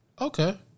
Okay